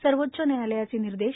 सर्वोच्च न्यायालयाच निर्देश